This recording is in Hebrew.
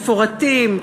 מפורטים,